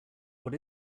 what